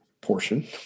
portion